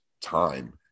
time